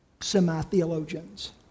semi-theologians